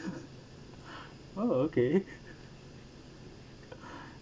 oh okay